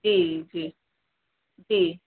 जी जी जी